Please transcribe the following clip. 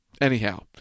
Anyhow